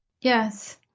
Yes